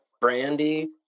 brandy